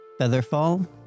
Featherfall